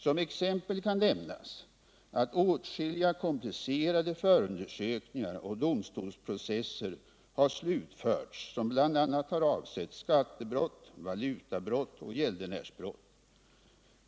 Som exempel kan nämnas att åtskilliga komplicerade förundersökningar och domstolsprocesser har slutförts som bl.a. har avsett skattebrott, valutabrott och gäldenärsbrott.